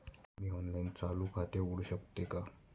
मी online चालू खाते उघडू शकते का?